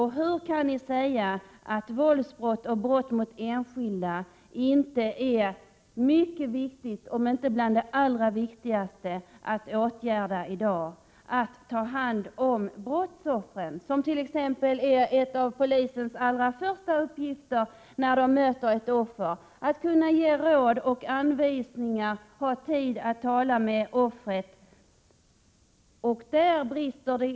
Hur kan ni vidare säga att åtgärder mot våldsbrott och mot brott mot enskilda inte är bland de allra viktigaste att sätta in i dag? En av polisens allra första uppgifter när den möter ett brottsoffer är att ge sig tid att tala med offret och att ge råd och anvisningar.